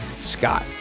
Scott